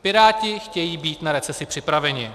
Piráti chtějí být na recesi připraveni.